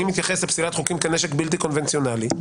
מתייחס לפסילת חוקים כנשק בלתי קונבנציונאלי.